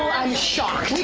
shocked.